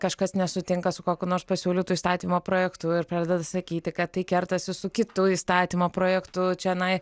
kažkas nesutinka su kokiu nors pasiūlytu įstatymo projektu ir pradeda sakyti kad tai kertasi su kitu įstatymo projektu čionai